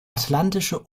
atlantische